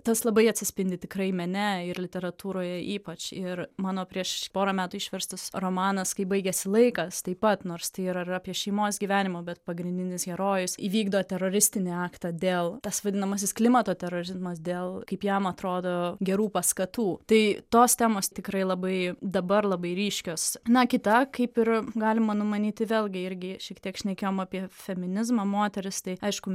tas labai atsispindi tikrai mene ir literatūroje ypač ir mano prieš porą metų išverstas romanas kai baigiasi laikas taip pat nors tai ir apie šeimos gyvenimą bet pagrindinis herojus įvykdo teroristinį aktą dėl tas vadinamasis klimato terorizmas dėl kaip jam atrodo gerų paskatų tai tos temos tikrai labai dabar labai ryškios na kita kaip ir galima numanyti vėlgi irgi šiek tiek šnekėjom apie feminizmą moters tai aišku